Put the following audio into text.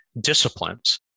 disciplines